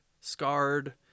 scarred